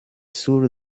sur